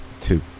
Two